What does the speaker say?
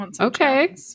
okay